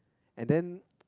and then